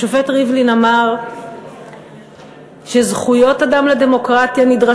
השופט ריבלין אמר שזכויות אדם נדרשות